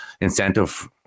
incentive